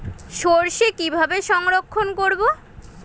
সরষে কিভাবে সংরক্ষণ করব?